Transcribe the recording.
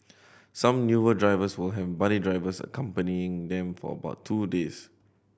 some newer drivers will have buddy drivers accompanying them for about two days